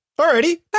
Alrighty